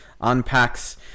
unpacks